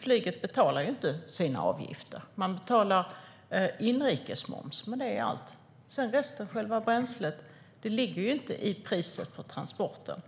Flyget betalar ju inte sina avgifter. Man betalar inrikesmoms, och det är allt. Resten - själva bränslet - ligger inte i priset på transporter.